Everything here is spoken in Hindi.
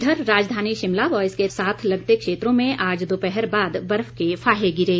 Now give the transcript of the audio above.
इधर राजधानी शिमला व इसके साथ लगते क्षेत्रों में आज दोपहर बाद बर्फ के फाहे गिरे